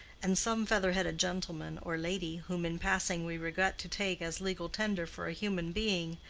and some feather-headed gentleman or lady whom in passing we regret to take as legal tender for a human being,